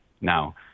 Now